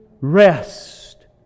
rest